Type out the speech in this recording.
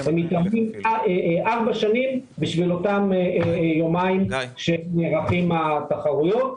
הם מתאמנים ארבע שנים לאותם יומיים שנערכות התחרויות.